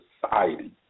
society